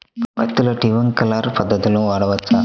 పత్తిలో ట్వింక్లర్ పద్ధతి వాడవచ్చా?